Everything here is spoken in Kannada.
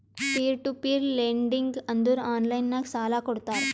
ಪೀರ್ ಟು ಪೀರ್ ಲೆಂಡಿಂಗ್ ಅಂದುರ್ ಆನ್ಲೈನ್ ನಾಗ್ ಸಾಲಾ ಕೊಡ್ತಾರ